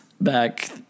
back